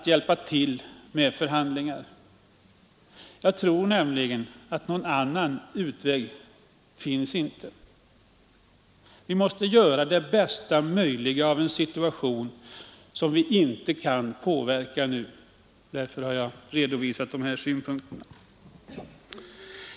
Jag tror nämligen att någon annan utväg inte finns. Vi måste göra det bästa möjliga av en situation som vi inte kan påverka nu. Därför har jag redovisat de här synpunkterna.